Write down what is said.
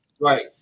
right